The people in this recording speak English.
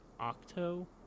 Octo